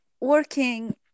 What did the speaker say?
working